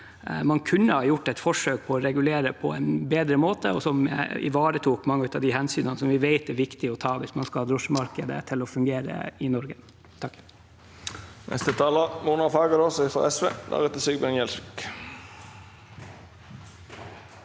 Man kunne ha gjort et forsøk på å regulere på en bedre måte og som ivaretok mange av de hensynene som vi vet er viktige å ta hvis drosjemarkedet skal fungere i Norge. Mona